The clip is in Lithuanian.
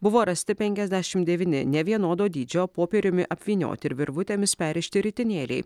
buvo rasti penkiasdešimt devyni nevienodo dydžio popieriumi apvynioti ir virvutėmis perrišti ritinėliai